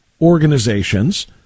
organizations